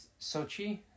Sochi